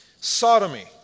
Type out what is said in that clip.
Sodomy